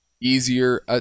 easier